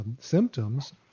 symptoms